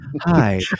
hi